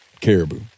caribou